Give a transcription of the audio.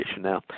Now